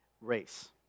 race